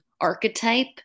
archetype